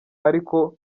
ariko